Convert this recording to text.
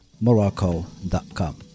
morocco.com